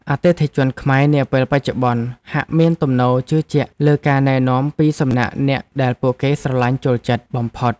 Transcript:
អតិថិជនខ្មែរនាពេលបច្ចុប្បន្នហាក់មានទំនោរជឿជាក់លើការណែនាំពីសំណាក់អ្នកដែលពួកគេស្រឡាញ់ចូលចិត្តបំផុត។